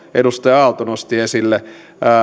edustaja aalto nosti esille